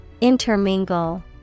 intermingle